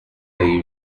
the